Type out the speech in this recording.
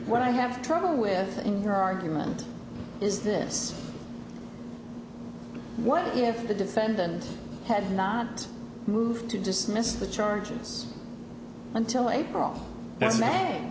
what i have trouble with in your argument is this what if the defendant had not moved to dismiss the charges until april